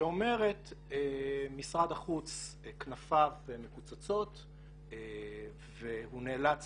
שאומרת שכנפיו של משרד החוץ מקוצצות והוא נאלץ